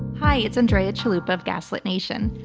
hi, it's andrea chalupa of gaslit nation.